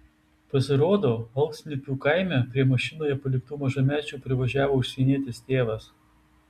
pasirodo alksniupių kaime prie mašinoje paliktų mažamečių privažiavo užsienietis tėvas